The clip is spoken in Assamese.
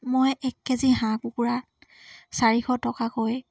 মই এক কেজি হাঁহ কুকুৰা চাৰিশ টকাকৈ